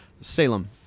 Salem